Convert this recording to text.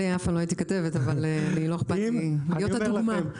אני אף פעם לא הייתי כתבת אבל לא אכפת לי להיות הדוגמה.